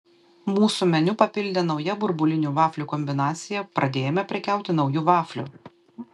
mūsų meniu papildė nauja burbulinių vaflių kombinacija pradėjome prekiauti nauju vafliu